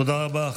תודה רבה.